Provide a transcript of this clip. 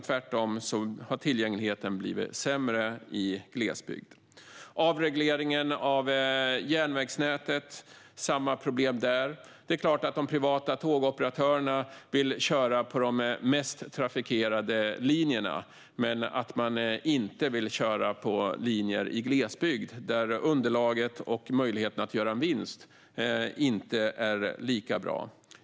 Tvärtom har tillgängligheten blivit sämre där. Det är samma problem med avregleringen av järnvägsnätet. Det är klart att de privata tågoperatörerna vill köra på de mest trafikerade linjerna men inte på linjer i glesbygd, där underlaget och möjligheterna att göra vinst inte är lika bra.